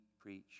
preach